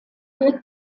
wird